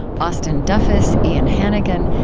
austin duffis, ian hanigan,